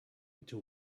into